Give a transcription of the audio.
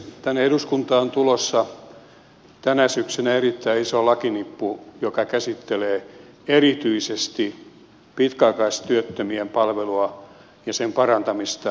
tänne eduskuntaan on tulossa tänä syksynä erittäin iso nippu lakeja jotka käsittelevät erityisesti pitkäaikaistyöttömien palvelua ja sen parantamista